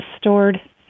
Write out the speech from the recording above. stored